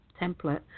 template